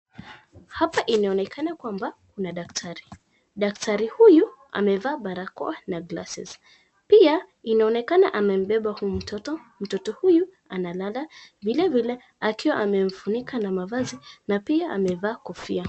Hapa inaonekana kwamba kuna daktari. Daktari huyu amevaa barakoa na glasses . Pia inaonekana amembeba huyu mtoto. Mtoto huyu anavaa. Vilevile akiwa amemfunika na mavazi na pia amevaa kofia.